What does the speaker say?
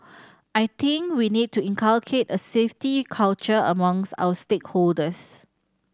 I think we need to inculcate a safety culture amongst our stakeholders